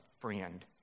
friend